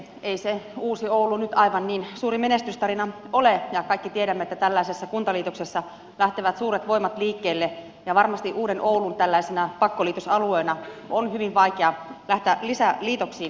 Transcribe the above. ei se uusi oulu nyt aivan niin suuri menestystarina ole ja kaikki tiedämme että tällaisessa kuntaliitoksessa lähtevät suuret voimat liikkeelle ja varmasti uuden oulun tällaisena pakkoliitosalueena on hyvin vaikea lähteä lisäliitoksiin